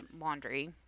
Laundry